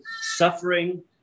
suffering